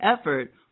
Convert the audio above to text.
effort